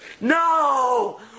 No